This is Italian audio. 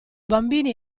bambini